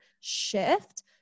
shift